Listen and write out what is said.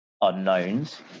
unknowns